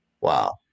Wow